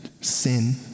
sin